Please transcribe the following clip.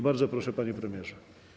Bardzo proszę, panie premierze.